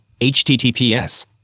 HTTPS